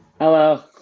Hello